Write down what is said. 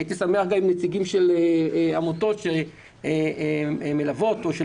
הייתי שמח אם נציגים של עמותות שמלוות או של